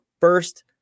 first